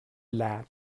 lad